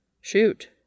Shoot